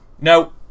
No